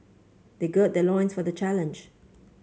they gird their loins for the challenge